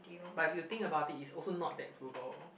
but if you think about this is also not that frugal